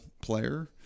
player